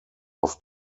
auf